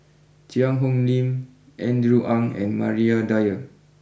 Cheang Hong Lim Andrew Ang and Maria Dyer